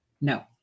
No